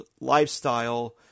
lifestyle